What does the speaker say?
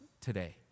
today